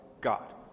God